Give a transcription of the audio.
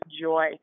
joy